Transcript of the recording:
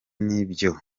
n’ibyo